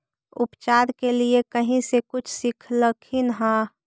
उपचार के लीये कहीं से कुछ सिखलखिन हा?